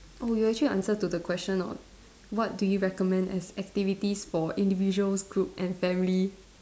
oh you actually answer to the question on what do you recommend as activities for individuals group and families